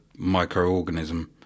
microorganism